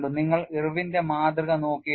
നിങ്ങൾ ഇർവിന്റെ മാതൃക നോക്കിയിരുന്നു